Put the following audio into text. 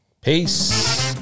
Peace